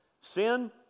sin